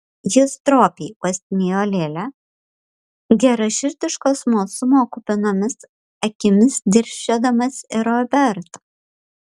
jis stropiai uostinėjo lėlę geraširdiško smalsumo kupinomis akimis dirsčiodamas į robertą